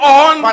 on